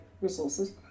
resources